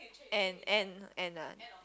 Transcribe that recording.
and and and non